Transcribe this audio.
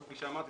כפי שאמרתי,